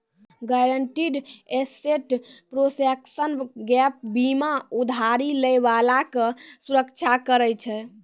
guaranteed asset protection gap बीमा उधारी लै बाला के सुरक्षा करै छै